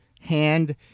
hand